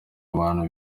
abantu